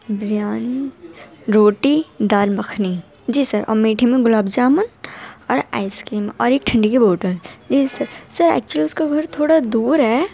بریانی روٹی دال مکھنی جی سر اور میٹھے میں گلاب جامن اور آئس کریم اور ایک ٹھنڈے کی بوٹل جی سر سر ایکچولی اس کا گھر تھوڑا دور ہے